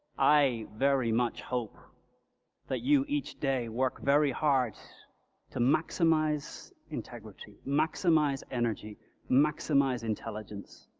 i very much hope that you each day work very hard to maximize integrity, maximize energy maximize intelligence.